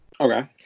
Okay